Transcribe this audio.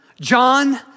John